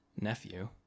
nephew